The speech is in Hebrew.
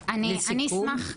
לסיכום.